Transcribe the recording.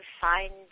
find